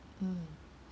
mm